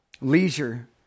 leisure